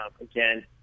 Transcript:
Again